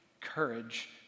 Courage